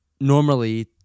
normally